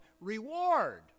reward